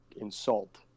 insult